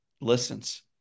listens